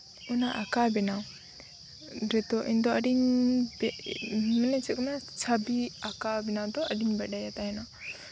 ᱚᱱᱟ ᱟᱸᱠᱟᱣ ᱵᱮᱱᱟᱣ ᱨᱮᱫᱚ ᱤᱧᱫᱚ ᱟᱹᱰᱤᱧ ᱢᱟᱱᱮ ᱪᱮᱫ ᱠᱚ ᱢᱮᱱᱟ ᱪᱷᱚᱵᱤ ᱟᱸᱠᱟᱣ ᱵᱮᱱᱟᱣ ᱫᱚ ᱟᱹᱰᱤᱧ ᱵᱟᱰᱟᱭᱟ ᱛᱟᱦᱮᱱᱟ